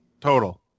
total